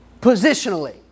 positionally